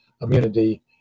immunity